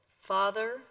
Father